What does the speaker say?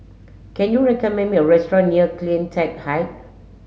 can you recommend me a restaurant near CleanTech Height